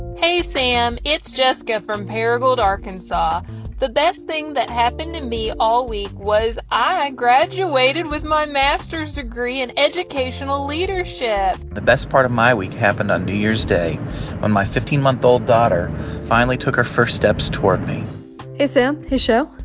hey, sam. it's jessica from paragould, ark. and the best thing that happened to me all week was i graduated with my master's degree in educational leadership the best part of my week happened on new year's day when my fifteen month old daughter finally took her first steps toward me hey, sam. hey, show.